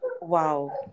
wow